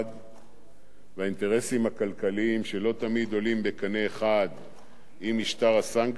והאינטרסים הכלכליים שלא תמיד עולים בקנה אחד עם משטר הסנקציות,